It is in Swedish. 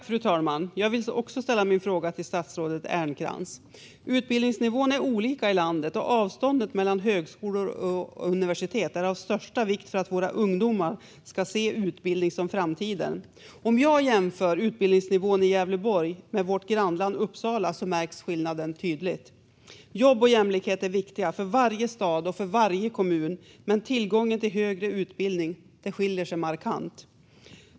Fru talman! Jag vill också ställa min fråga till statsrådet Ernkrans. Utbildningsnivån är olika i landet, och avståndet mellan högskolor och universitet är av största vikt för att våra ungdomar ska se utbildning som framtiden. Om jag jämför utbildningsnivån i Gävleborg med vårt grannlän Uppsala märks skillnaden tydligt. Jobb och jämlikhet är viktiga för varje stad och för varje kommun, men tillgången till högre utbildning skiljer sig markant.